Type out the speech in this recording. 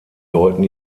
deuten